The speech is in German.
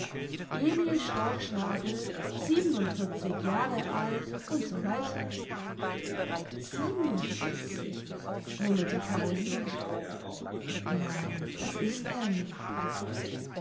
emil storchschnabel siebenundvierzig jahre alt und so weiter siebenundvierzig murmelte caroline nein das ist er nicht